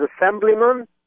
assemblyman